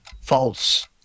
False